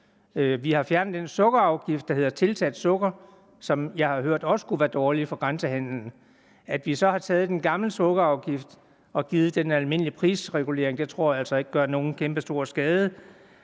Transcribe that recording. Vi har fjernet den sukkerafgift, der hedder afgiften på tilsat sukker, som jeg har hørt også skulle være dårlig vedrørende at mindske grænsehandelen. At vi så har taget den gamle sukkerafgift og givet den en almindelig prisregulering, tror jeg altså ikke gør nogen kæmpestor skade.